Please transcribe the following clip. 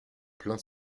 plein